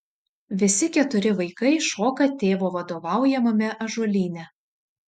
visi keturi vaikai šoka tėvo vadovaujamame ąžuolyne